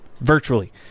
Virtually